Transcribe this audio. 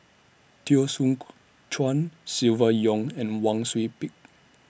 Teo Soon Chuan Silvia Yong and Wang Sui Pick